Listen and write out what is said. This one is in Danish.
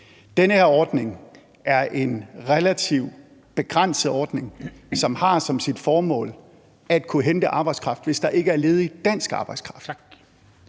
Den her ordning er en relativt begrænset ordning, som har som sit formål at kunne hente arbejdskraft, hvis der ikke er ledig dansk arbejdskraft.